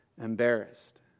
embarrassed